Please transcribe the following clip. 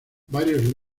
varios